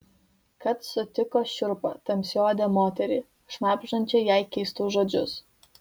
kad sutiko šiurpią tamsiaodę moterį šnabždančią jai keistus žodžius